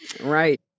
Right